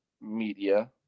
media